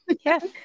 Yes